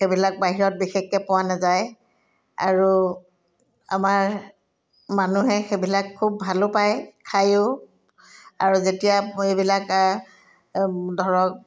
সেইবিলাক বাহিৰত বিশেষকৈ পোৱা নাযায় আৰু আমাৰ মানুহে সেইবিলাক খুব ভালো পায় খায়ো আৰু যেতিয়া এইবিলাক ধৰক